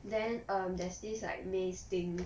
then err there's this like maze thing